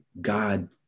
God